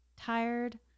tired